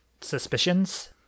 suspicions